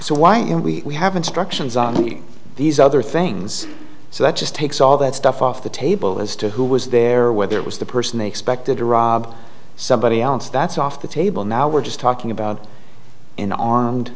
so why when we have instructions on these other things so that just takes all that stuff off the table as to who was there whether it was the person they expected to rob somebody else that's off the table now we're just talking about an armed